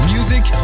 Music